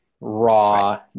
raw